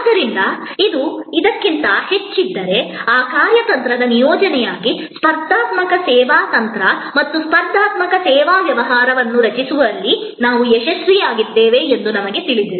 ಆದ್ದರಿಂದ ಇದು ಇದಕ್ಕಿಂತ ಹೆಚ್ಚಿದ್ದರೆ ಆ ಕಾರ್ಯತಂತ್ರದ ನಿಯೋಜನೆಯಾಗಿ ಸ್ಪರ್ಧಾತ್ಮಕ ಸೇವಾ ತಂತ್ರ ಮತ್ತು ಸ್ಪರ್ಧಾತ್ಮಕ ಸೇವಾ ವ್ಯವಹಾರವನ್ನು ರಚಿಸುವಲ್ಲಿ ನಾವು ಯಶಸ್ವಿಯಾಗಿದ್ದೇವೆ ಎಂದು ನಮಗೆ ತಿಳಿಯುತ್ತದೆ